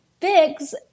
fix